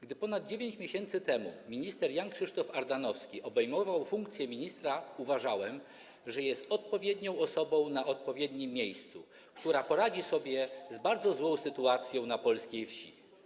Gdy ponad 9 miesięcy temu minister Jan Krzysztof Ardanowski obejmował funkcję ministra, uważałem, że jest odpowiednią osobą na odpowiednim miejscu, która poradzi sobie z bardzo złą sytuacją na polskiej wsi.